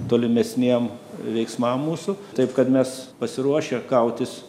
tolimesniem veiksmam mūsų taip kad mes pasiruošę kautis